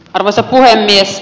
arvoisa puhemies